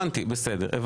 בסדר.